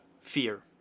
fear